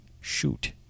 Shoot